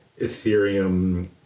Ethereum